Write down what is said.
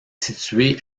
situé